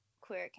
queer